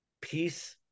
peace